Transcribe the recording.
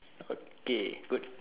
okay good